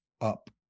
up